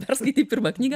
perskaitei pirmą knygą